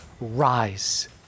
rise